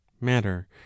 Matter